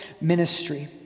ministry